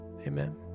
Amen